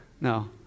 No